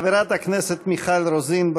חברת הכנסת מיכל רוזין,